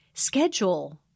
Schedule